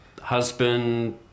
husband